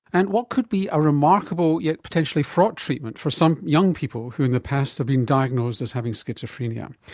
and what could be a remarkable yet potentially fraught treatment for some young people who in the past have been diagnosed as having schizophrenia.